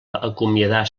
acomiadar